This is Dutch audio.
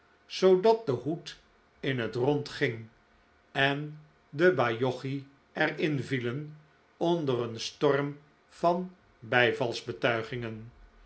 zoodat de hoed in het rond ging en de bajocchi er in vielen onder een storm van